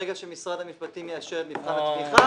ברגע שמשרד המשפטים יאשר את מבחן התמיכה.